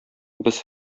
без